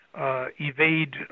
Evade